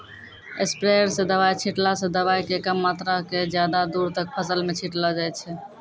sprayer स दवाय छींटला स दवाय के कम मात्रा क ज्यादा दूर तक फसल मॅ छिटलो जाय छै